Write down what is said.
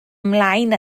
ymlaen